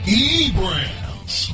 eBrands